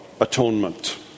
atonement